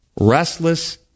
Restless